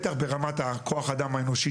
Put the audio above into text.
בטח ברמת כוח האדם האנושי,